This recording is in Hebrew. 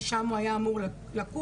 ששם הוא היה אמור לקום.